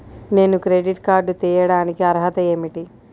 నేను credit card తీయడానికి అర్హత ఏమిటి?